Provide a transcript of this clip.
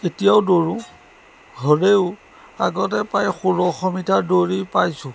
এতিয়াও দৌৰো হ'লেও আগতে প্ৰায় ষোল্লশ মিটাৰ দৌৰি পাইছোঁ